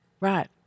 Right